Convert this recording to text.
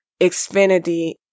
Xfinity